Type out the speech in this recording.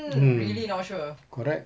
mm correct